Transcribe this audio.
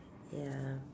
ya